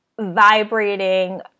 vibrating